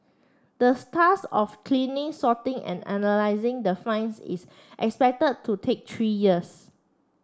the of cleaning sorting and analysing the finds is expected to take three years